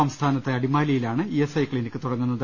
സംസ്ഥാനത്ത് അടിമാലിയിലാണ് ഈ എസ് ഐ ്ക്ലിനിക്ക് തുട ങ്ങുന്നത്